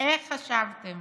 איך חשבתם